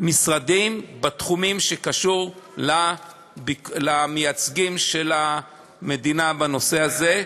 משרדים בתחומים שקשורים למייצגים של המדינה בנושא הזה,